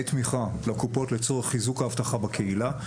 תמיכה לקופות לצורך חיזוק האבטחה לקהילה,